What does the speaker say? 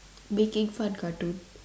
making fun cartoon